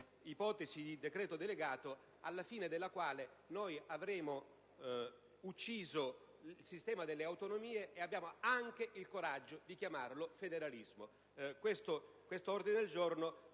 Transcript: un'ipotesi di decreto delegato al termine della quale avremo ucciso il sistema delle autonomie, avendo anche il coraggio di chiamarlo federalismo.